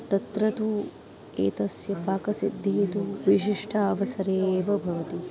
तत्र तु एतस्य पाकसिद्धिः तु विशिष्ट अवसरे एव भवति